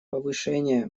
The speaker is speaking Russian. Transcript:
повышение